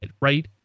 right